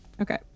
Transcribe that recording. Okay